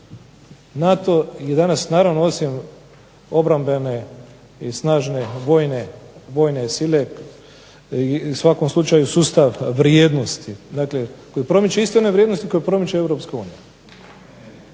NATO je danas naravno osim obrambene i snažne vojne sile i u svakom slučaju sustav vrijednosti, dakle koji promiče iste one vrijednosti koje promiče